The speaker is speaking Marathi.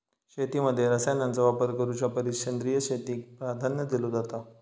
शेतीमध्ये रसायनांचा वापर करुच्या परिस सेंद्रिय शेतीक प्राधान्य दिलो जाता